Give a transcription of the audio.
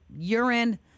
urine